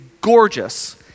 gorgeous